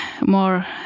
more